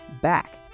back